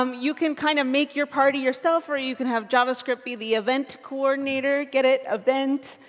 um you can kind of make your party yourself or you can have javascript be the event coordinator. get it? event?